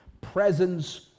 Presence